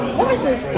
horses